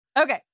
Okay